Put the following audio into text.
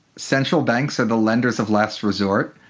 central banks are the lenders of last resort.